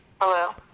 Hello